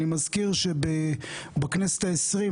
אני מזכיר שבכנסת העשרים,